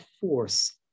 force